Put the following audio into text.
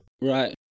Right